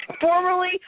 Formerly